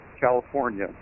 California